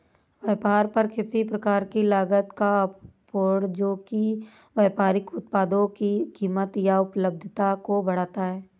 व्यापार पर किसी प्रकार की लागत का आरोपण जो कि व्यापारिक उत्पादों की कीमत या उपलब्धता को बढ़ाता है